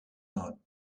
not